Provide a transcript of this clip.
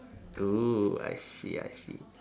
oo I see I see